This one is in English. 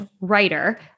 writer